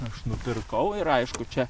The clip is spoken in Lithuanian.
aš nupirkau ir aišku čia